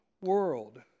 world